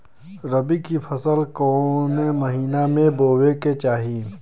रबी की फसल कौने महिना में बोवे के चाही?